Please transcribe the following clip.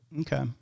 Okay